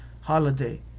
Holiday